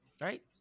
right